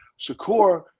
Shakur